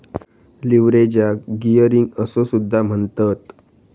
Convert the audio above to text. लीव्हरेजाक गियरिंग असो सुद्धा म्हणतत